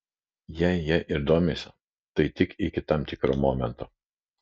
jie jei ir domisi tai tik iki tam tikro momento